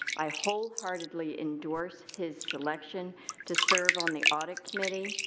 i wholeheartedly endorse his selection to serve on the audit committee.